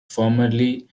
formerly